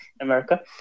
america